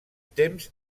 temps